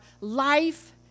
life